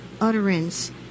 utterance